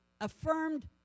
affirmed